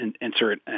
insert